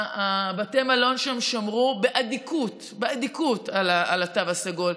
בתי המלון שם שמרו באדיקות על התו הסגול.